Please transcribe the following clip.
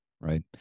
right